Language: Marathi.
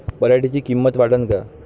पराटीची किंमत वाढन का?